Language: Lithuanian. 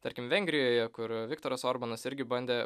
tarkim vengrijoje kur viktoras orbanas irgi bandė